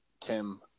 Tim